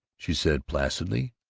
she said placidly,